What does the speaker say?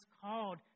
called